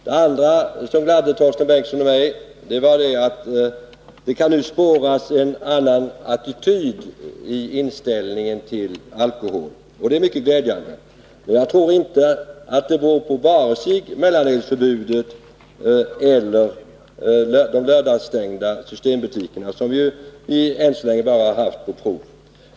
Den andra sak som gladde Torsten Bengtson och mig var att det nu kan spåras en annan attityd till alkohol. Det är också mycket positivt. Jag tror inte att det beror på vare sig mellanölsförbudet eller lördagsstängningen i systembutikerna, som vi ju än så länge bara har haft på prov.